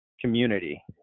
community